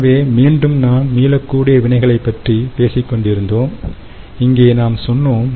எனவே மீண்டும் நாம் மீளக்கூடிய வினைகளைப் பற்றி பேசிக் கொண்டிருந்தோம் இங்கே நாம் சொன்னோம்